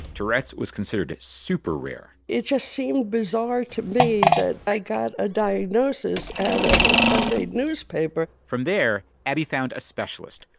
tourette's was considered super-rare it just seemed bizarre to me that i got a diagnosis out of a sunday newspaper! from there, abbey found a specialist,